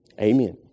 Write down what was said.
Amen